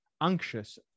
anxious